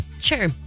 Sure